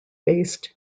based